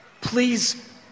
please